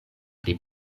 pri